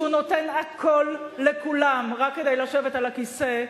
כשהוא נותן הכול לכולם רק כדי לשבת על הכיסא,